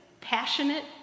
passionate